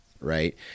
right